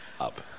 Up